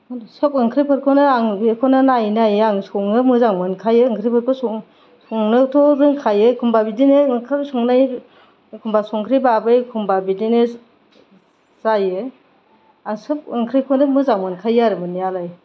सब ओंख्रिफोरखौनो आं बेखौनो नायै नायै आं सङो मोजां मोनखायो ओंख्रिफोरखौ संनो संनोथ' रोंखायो एखनबा बिदिनो ओंख्रिफोर संनाय एखनबा संख्रि बाबो एखनबा बिदिनो जायो आरो सोब ओंख्रिखौनो मोजां मोनखायो आरो मोननायालाय